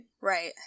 Right